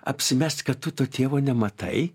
apsimest kad tu to tėvo nematai